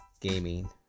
gaming